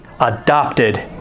adopted